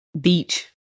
Beach